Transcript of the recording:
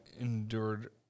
endured